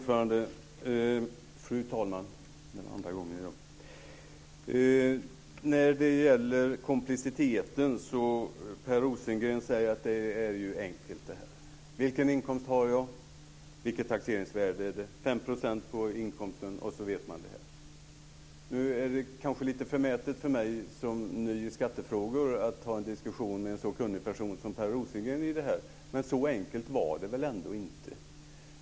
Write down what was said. Fru talman! När det gäller komplexiteten säger Per Rosengren att det här är enkelt - det handlar om vilken inkomst jag har och om vad som är taxeringsvärdet; 5 % på inkomsten, och man vet vad det blir. Kanske är det lite förmätet av mig som ny i skattefrågor att ha en diskussion med en i dessa frågor så kunnig person som Per Rosengren. Dock måste jag säga: Så enkelt är det väl ändå inte.